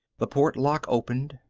the port lock opened.